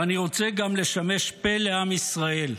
ואני רוצה גם לשמש פה לעם ישראל: